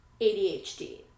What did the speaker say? ADHD